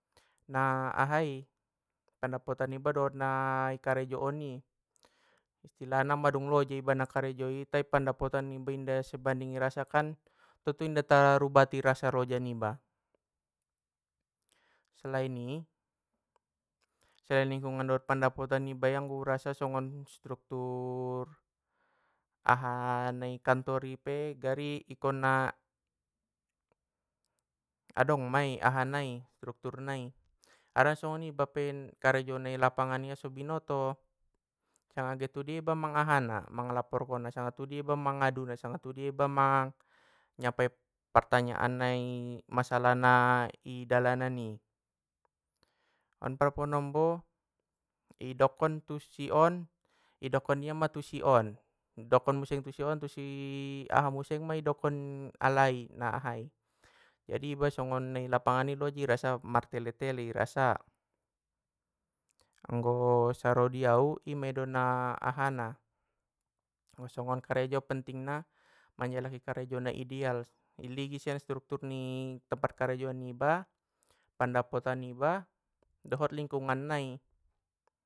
Na ahai, pandapotan niba dohot na i karejoon i, istilahna mandung loja iba na karejoi tai pandapotan niba inda sebanding i rasa kan tontu inda tarubati rasa loja niba. Selain i selain lingkungan dohot pandapotan niba i anggo u rasa songon struktur aha na i kantor i pe gari ikkonna, adong mai aha nai struktur nai, harana songon iba pe karejo na ilapangan i so binoto sanga get tu dia iba mang aha na mang laporkon na sanga tudia iba mangaduna sanga tudia iba mang nyapai partanyaan nai masalah na i dalanan i, on manombo i dokon tu si on, idokon iya ma tu si on dokon muse tu si on tu si aha muse ma idokon alai na ahai, jadi iba songon na i lapangan ni loja i rasa mar tele tele irasa. Anggo saro di au i medo na aha na anggo songon karejo pentingna manjalahi karejo na ideal, iligin sian struktur tempat ni karejo niba, pandapotan niba, dohot lingkungan. nai